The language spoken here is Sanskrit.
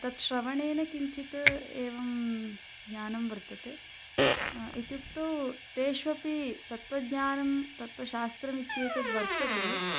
तत् श्रवणेन किञ्चित् एवं ज्ञानं वर्तते इत्युक्तौ तेष्वपि तत्त्वज्ञानं तत्त्वशास्त्रम् इत्येतद्वर्तते